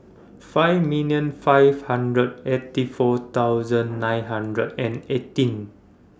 five million five hundred eighty four thousand nine hundred and eighteen